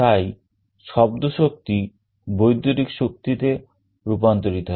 তাই শব্দ শক্তি বৈদ্যুতিক শক্তিতে রূপান্তরিত হয়